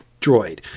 droid